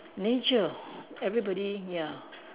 nature everybody ya